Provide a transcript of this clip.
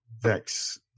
Vex